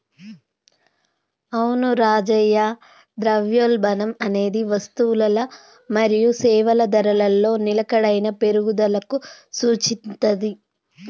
అవును రాజయ్య ద్రవ్యోల్బణం అనేది వస్తువులల మరియు సేవల ధరలలో నిలకడైన పెరుగుదలకు సూచిత్తది